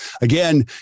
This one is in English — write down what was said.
again